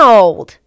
old